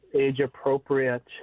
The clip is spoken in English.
age-appropriate